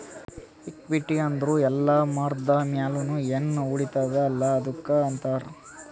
equity ಅಂದುರ್ ಎಲ್ಲಾ ಮಾರ್ದ ಮ್ಯಾಲ್ನು ಎನ್ ಉಳಿತ್ತುದ ಅಲ್ಲಾ ಅದ್ದುಕ್ ಅಂತಾರ್